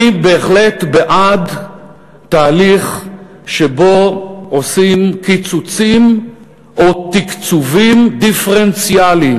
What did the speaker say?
שאני בהחלט בעד תהליך שבו עושים קיצוצים או תקצובים דיפרנציאליים,